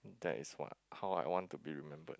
there is what how I want to be remembered